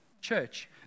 church